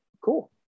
cool